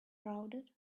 crowded